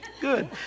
good